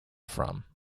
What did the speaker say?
from